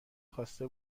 خواسته